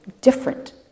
different